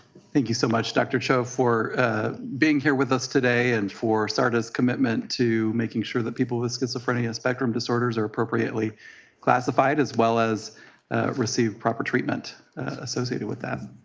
thank you so much, dr. cho, for being here with us today and for sardaa's commitment to making sure that people with schizophrenia and spectrum disorder are appropriately classified as well as receive proper treatment associated with that.